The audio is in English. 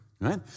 right